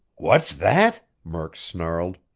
what's that? murk snarled.